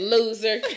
Loser